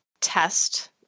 test